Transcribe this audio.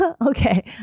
Okay